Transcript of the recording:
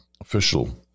official